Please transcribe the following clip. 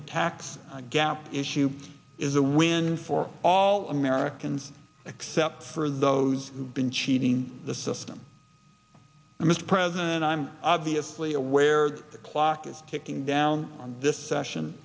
the tax gap issue is a win for all americans except for those who've been cheating the system mr president and i'm obviously aware the clock is ticking down on this session